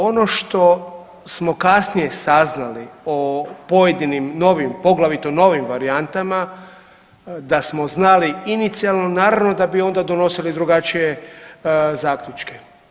Ono što smo kasnije saznali o pojedinim novim, poglavito novim varijantama da smo znali inicijalno naravno da bi onda donosili drugačije zaključke.